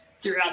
throughout